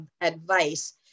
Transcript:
advice